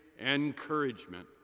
encouragement